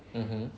mmhmm